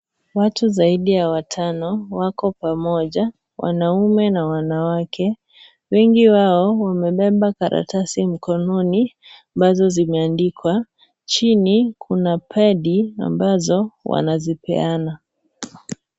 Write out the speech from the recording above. Watu zaidi ya watano, wako pamoja. Wanaume na wanawake. Wengi wao wamebeba karatasi ambazo zimeandikwa. Chini, kuna pedi ambazo wanazipeana.